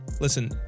Listen